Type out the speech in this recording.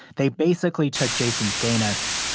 they basically took jason's gayness.